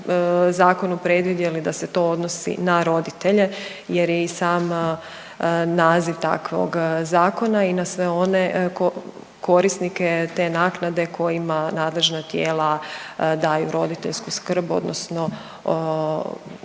Zakonu predvidjeli da se to odnosi na roditelje jer je i sam naziv takvog zakona i na sve one korisnike te naknade kojima nadležna tijela daju roditeljsku skrb, odnosno